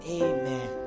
amen